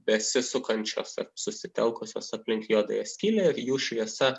besisukančios ar susitelkusios aplink juodąją skylę ir jų šviesa